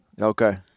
Okay